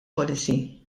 policy